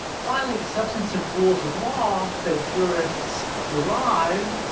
finally, the substance of rules of law that jurists derive